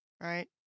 Right